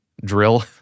Drill